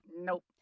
Nope